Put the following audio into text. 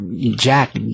Jack